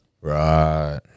Right